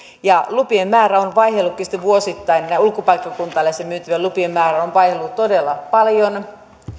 lupien määrä on vaihdellutkin vuosittain näille ulkopaikkakuntalaisille myytyjen lupien määrä on vaihdellut todella paljon